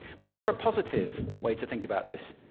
but is there a positive way to think about this?